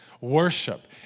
Worship